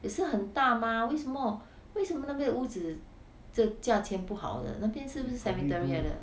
也是很大 mah 为什么为什么那边的屋子的价钱不好的那边是不是 cemetery 来的